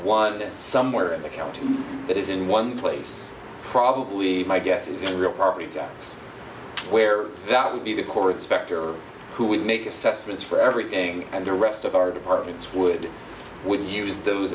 one somewhere in the camp that is in one place probably my guess is a real property tax where that would be the core of specter who would make assessments for everything and the rest of our departments would would use those